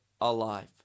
alive